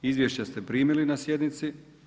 Izvješća ste primili na sjednici.